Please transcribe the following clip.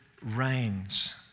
reigns